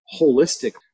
holistic